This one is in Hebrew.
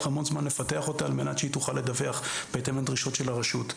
המון זמן לפתח אותה על מנת שהיא תוכל לדווח בהתאם לדרישות של הרשות.